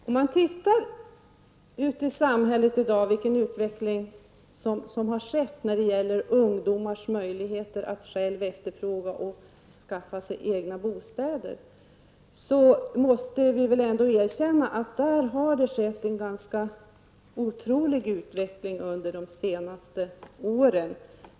Herr talman! Om man ser på den utveckling som har skett ute i samhället i dag när det gäller ungdomarnas möjligheter att själva efterfråga och skaffa sig egna bostäder, så måste man väl ändå erkänna att det har skett en ganska otrolig utveckling under de senaste åren.